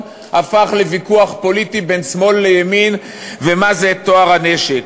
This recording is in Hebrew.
הפך לוויכוח פוליטי בין שמאל לימין ומה זה טוהר הנשק.